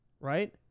Right